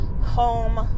home